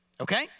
okay